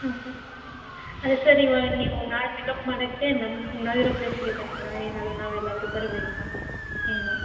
ಹಾಂ ಸರ್ ಅದೇ ಸರ್ ಇವಾಗ ನೀವು ನಾಳೆ ಪಿಕಪ್ ಮಾಡೋಕ್ಕೆ ನಮ್ಮ ನಾವಿರೋ ಪ್ಲೇಸಿಗೆ ಬರ್ತೀರ ಏನಾದರು ನಾವೆಲ್ಲಾದರು ಬರಬೇಕ ಏನು